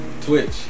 Twitch